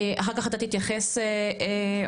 אחר כך אתה תתייחס עומר,